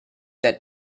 that